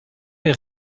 les